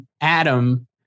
Adam